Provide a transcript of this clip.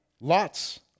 lots